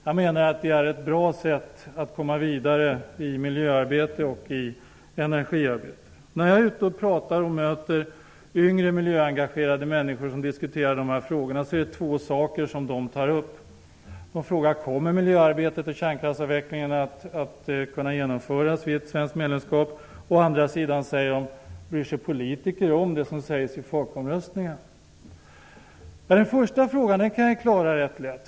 Jag menar att det är ett bra sätt att komma vidare i miljöarbete och i energiarbete. När jag är ute och pratar och möter yngre miljöengagerade människor som diskuterar dessa frågor är det två saker de tar upp. De frågar om miljöarbetet och kärnkraftsavvecklingen kommer att kunna genomföras vid ett svenskt medlemskap. De undrar också om politiker bryr sig om det som sägs i folkomröstningen. Den första frågan kan jag klara rätt lätt.